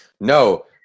No